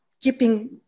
keeping